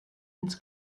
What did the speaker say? ins